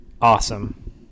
awesome